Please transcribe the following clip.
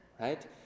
right